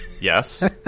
Yes